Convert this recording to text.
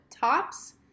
tops